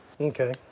Okay